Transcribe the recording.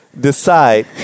Decide